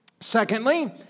secondly